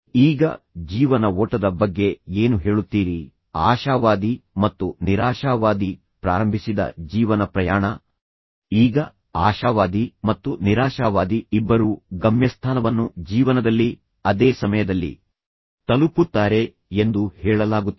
ಈಗ ಜೀವನ ಓಟದ ಬಗ್ಗೆ ಏನು ಹೇಳುತ್ತೀರಿ ಆಶಾವಾದಿ ಮತ್ತು ನಿರಾಶಾವಾದಿ ಪ್ರಾರಂಭಿಸಿದ ಜೀವನ ಪ್ರಯಾಣ ಈಗ ಆಶಾವಾದಿ ಮತ್ತು ನಿರಾಶಾವಾದಿ ಇಬ್ಬರೂ ಗಮ್ಯಸ್ಥಾನವನ್ನು ಜೀವನದಲ್ಲಿ ಅದೇ ಸಮಯದಲ್ಲಿ ತಲುಪುತ್ತಾರೆ ಎಂದು ಹೇಳಲಾಗುತ್ತದೆ